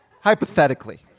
Hypothetically